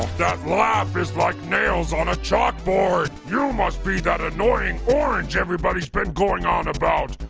that laugh is like nails on a chalkboard. you must be that annoying orange everybody's been going on about.